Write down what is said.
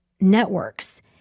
networks